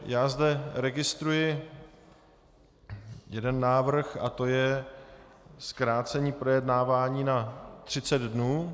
Já zde registruji jeden návrh a to je zkrácení projednávání na 30 dnů.